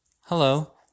Hello